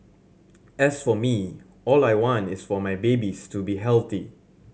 as for me all I want is for my babies to be healthy